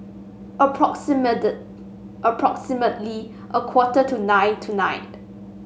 approximate approximately a quarter to nine tonight